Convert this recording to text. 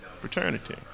fraternity